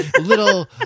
little